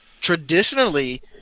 traditionally